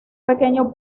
pequeño